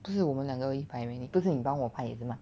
就是我们两个而已拍 meh 你不是你帮我拍也是 mah